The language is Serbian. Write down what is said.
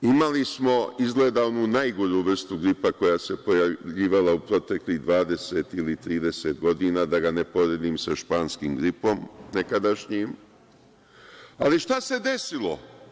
Imali smo, izgleda, onu najgoru vrstu gripa koja se pojavljivala u proteklih 20, 30 godina, da ga ne poredim sa nekadašnjim španskim gripom, ali šta se desilo?